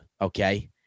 okay